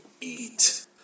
eat